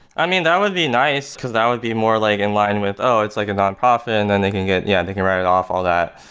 i mean, that would be because that would be more like in-line with, oh, it's like a non-profit, and then they can get yeah, they can write it off all that.